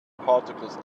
particles